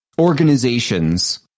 organizations